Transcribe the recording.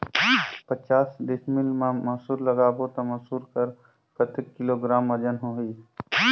पचास डिसमिल मा मसुर लगाबो ता मसुर कर कतेक किलोग्राम वजन होही?